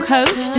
Coach